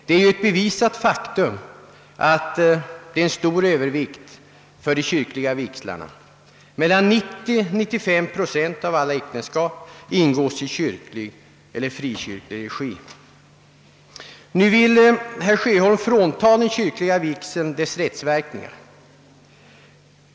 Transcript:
Det är ett bevisat faktum att det finns en stor övervikt för de kyrkliga vigslarna; mellan 90 och 935 procent av alla äktenskap ingås i kyrklig eller frikyrklig regi. Nu vill herr Sjöholm frånta den kyrkliga vigseln dess rättsverkningar.